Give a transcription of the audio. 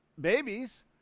babies